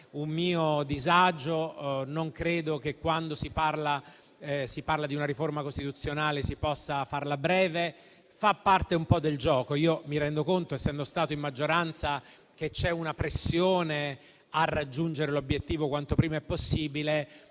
un mio disagio. Non credo che, quando si parla di una riforma costituzionale, si possa farla breve. Fa parte un po' del gioco; io mi rendo conto, essendo stato in maggioranza, che c'è una pressione a raggiungere l'obiettivo quanto prima possibile.